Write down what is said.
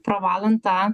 pravalant tą